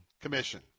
Commission